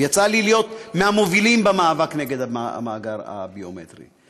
יצא לי להיות מהמובילים במאבק נגד המאבק הביומטרי.